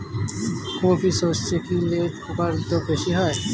কোপ ই সরষে কি লেদা পোকার উপদ্রব বেশি হয়?